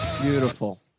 Beautiful